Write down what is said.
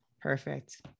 Perfect